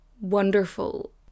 wonderful